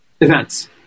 events